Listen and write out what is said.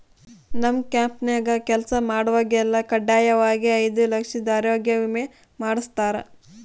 ನಮ್ ಕಂಪೆನ್ಯಾಗ ಕೆಲ್ಸ ಮಾಡ್ವಾಗೆಲ್ಲ ಖಡ್ಡಾಯಾಗಿ ಐದು ಲಕ್ಷುದ್ ಆರೋಗ್ಯ ವಿಮೆ ಮಾಡುಸ್ತಾರ